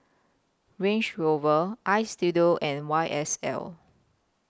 Range Rover Istudio and Y S L